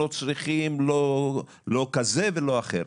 לא צריכים לא כזה ולא אחר.